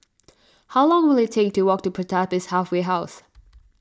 how long will it take to walk to Pertapis Halfway House